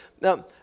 Now